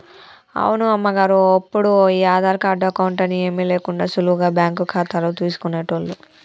అవును అమ్మగారు ఒప్పుడు ఈ ఆధార్ కార్డు అకౌంట్ అని ఏమీ లేకుండా సులువుగా బ్యాంకు ఖాతాలు తీసుకునేటోళ్లు